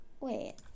Wait